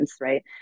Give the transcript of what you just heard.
right